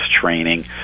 training